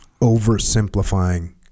oversimplifying